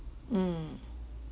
mm